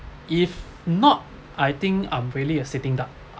if not I think I'm really a sitting duck